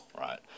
Right